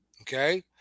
Okay